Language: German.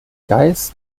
geist